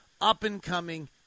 up-and-coming